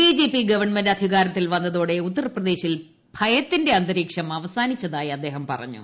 BJP government അധികാരത്തിൽ വന്നതോടെ ഉത്തർപ്രദേശിൽ ഭയത്തിന്റെ അന്തരീക്ഷം അവസാനിച്ചതായി അദ്ദേഹം പറഞ്ഞു